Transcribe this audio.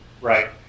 Right